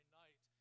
night